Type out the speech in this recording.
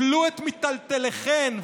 טלו את מיטלטליכם ונועו.